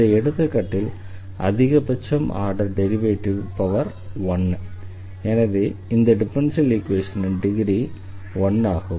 இந்த எடுத்துக்காட்டில் அதிக பட்ச ஆர்டர் டெரிவேட்டிவின் பவர் 1 எனவே இந்த டிஃபரன்ஷியல் ஈக்வேஷனின் டிகிரி 1 ஆகும்